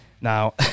Now